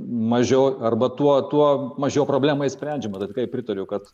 mažiau arba tuo tuo mažiau problema išsprendžiama tai kai pritariu kad